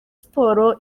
sports